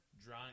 dry